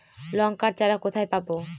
লঙ্কার চারা কোথায় পাবো?